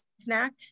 snack